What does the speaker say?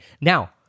Now